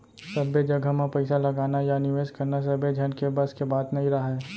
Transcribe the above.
सब्बे जघा म पइसा लगाना या निवेस करना सबे झन के बस के बात नइ राहय